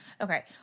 Okay